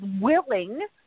willing